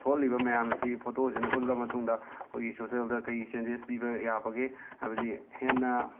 ꯊꯣꯛꯍꯜꯂꯤꯕ ꯃꯌꯥꯝ ꯑꯁꯤ ꯐꯣꯇꯣꯁꯤꯅ ꯎꯠꯂꯕ ꯃꯇꯨꯡꯗ ꯑꯩꯈꯣꯏꯒꯤ ꯁꯣꯁꯦꯜꯗ ꯀꯔꯤ ꯆꯦꯟꯖꯦꯁ ꯄꯤꯕ ꯌꯥꯕꯒꯦ ꯍꯥꯏꯕꯗꯤ ꯍꯦꯟꯅ